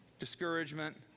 discouragement